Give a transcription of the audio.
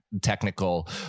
technical